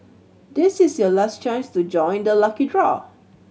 this is your last chance to join the lucky draw